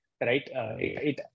right